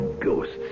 Ghosts